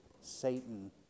Satan